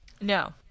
No